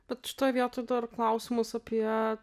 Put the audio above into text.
bet šitoj vietoj dabar klausimas apie